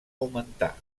augmentar